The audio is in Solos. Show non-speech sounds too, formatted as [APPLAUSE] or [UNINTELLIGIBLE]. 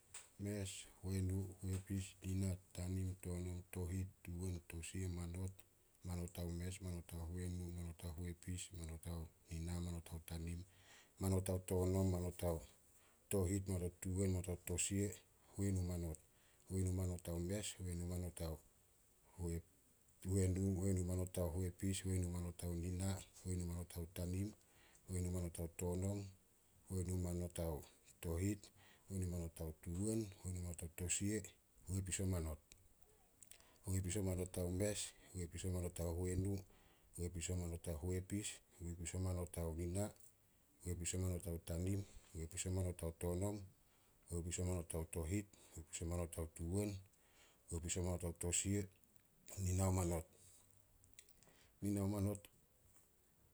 Mes, Huenu, Huepis, Nina, Tanim, Tonom, Tohit, Tuwen, Tosia, Manot. Manot ao mes, Manot ao huenu, Manot ao huepis, Manot ao nina, Manot ao tanim, Manot ao tonom, Manot ao tohit, Manot ao tuwen, Manot ao tosia, Huenu manot. Huenu manot ao mes, Huenu manot ao [UNINTELLIGIBLE] huenu, Huenu manot ao huepis, Huenu manot ao nina, Huenu manot ao tanim, Huenu manot ao tonom, Huenu manot ao tohit, Huenu manot ao tuwen, Huenu manot ao tosia, Huepis o manot. Huepis o manot ao mes, Huepis o manot ao huenu, Huepis o manot ao huepis, Huepis o manot ao nina, Huepis o manot ao tanim, Huepis o manot ao tonom, Huepis o manot ao tohit, Huepis o manot ao tuwen, Huepis o manot ao tosia, Nina o manot. Nina o manot